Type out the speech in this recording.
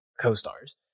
co-stars